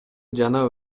жана